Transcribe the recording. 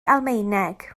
almaeneg